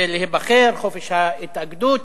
רשאי להתגונן.